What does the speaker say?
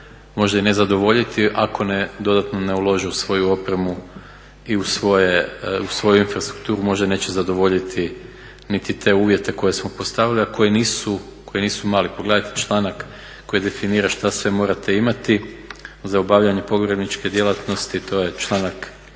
možda i ne zadovoljiti ako dodatno ne ulože u svoju opremu i u svoju infrastrukturu, možda neće zadovoljiti niti te uvjete koje smo postavili, a koji nisu mali. Pogledajte članak koji definira šta sve morate imati za obavljanje pogrebničke djelatnosti, to je članak